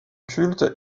culte